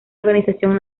organización